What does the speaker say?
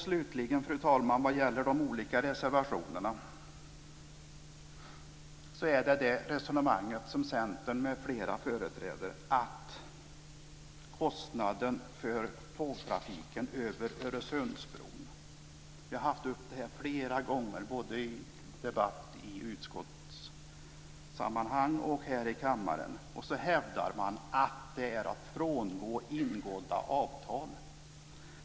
Slutligen vad gäller de övriga reservationerna är det resonemang som Centern m.fl. företräder när det gäller kostnaden för tågtrafiken över Öresundsbron - vi har haft det här uppe flera gånger både i utskottet och här i kammaren - att man frångår ingångna avtal.